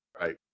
Right